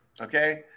Okay